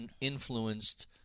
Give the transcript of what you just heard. influenced